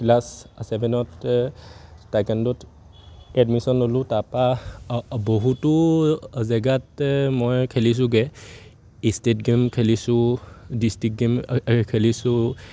class ছেভেনত টাইকোৱনড'ত admission ল'লোঁ তাৰপা বহুতো জেগাত মই খেলিছোঁগে ষ্টেট গে'ম খেলিছোঁ ডিষ্ট্ৰিক্ট গে'ম খেলিছোঁ